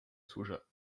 soja